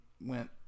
went